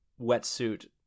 wetsuit